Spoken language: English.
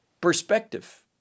perspective